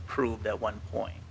approved at one point